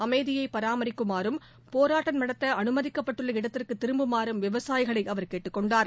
அமைதியைபராமரிக்குமாறும் போராட்டம் நடத்தஅனுமதிக்கப்பட்டுள்ள இடத்திற்குதிரும்புமாறும் விவசாயிகளைஅவர் கேட்டுக் கொண்டார்